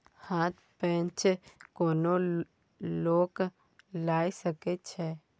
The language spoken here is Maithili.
हथ पैंच कोनो लोक लए सकैत छै